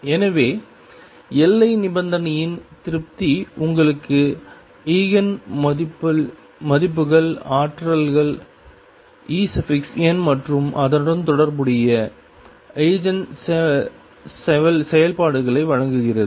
எனவே எல்லை நிபந்தனையின் திருப்தி உங்களுக்கு ஈஜென் மதிப்புகள் ஆற்றல் En மற்றும் அதனுடன் தொடர்புடைய ஈஜென் செயல்பாடுகளை வழங்குகிறது